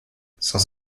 sans